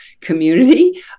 community